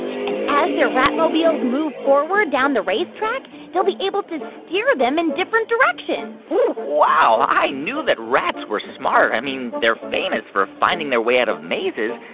and as their rat-mobiles move forward down the racetrack, they'll be able to steer them in different directions wow. i knew that rats were smart. i mean, they're famous for finding their way out of mazes.